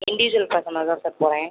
individual customer தான் sir போகிறேன்